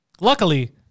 Luckily